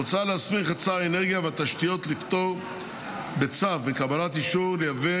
מוצע להסמיך את שר האנרגיה והתשתיות לפטור בצו מקבלת אישור לייבא